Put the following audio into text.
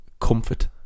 comfort